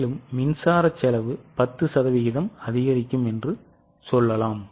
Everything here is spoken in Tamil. மேலும் மின்சாரச் செலவு 10 சதவீதம் அதிகரிக்கும் என்று சொல்லலாம்